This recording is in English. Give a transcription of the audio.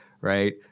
right